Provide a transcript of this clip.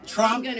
Trump